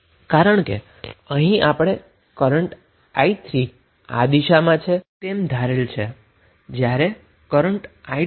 કારણ કે અહીં આપણે કરન્ટ i3 ને આ દિશામાં ધારેલ છે જ્યારે કરન્ટ i2 ને આ દિશામાં ધારેલ છે